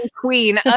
queen